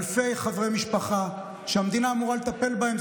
אלפי חברי משפחה שהמדינה אמורה לטפל בהם.